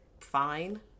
fine